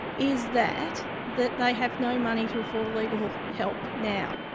is that that they have no money to afford legal help now,